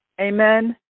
Amen